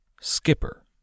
Skipper